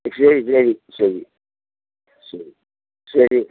ശരി ശരി ശരി ശരി ശരി